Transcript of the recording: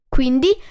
Quindi